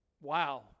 Wow